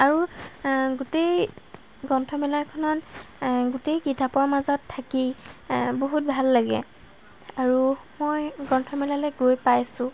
আৰু গোটেই গ্ৰন্থমেলাখনত গোটেই কিতাপৰ মাজত থাকি বহুত ভাল লাগে আৰু মই গ্ৰন্থমেলালৈ গৈ পাইছোঁ